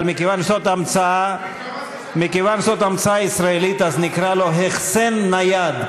אבל מכיוון שזאת המצאה ישראלית נקרא לו החסן נייד,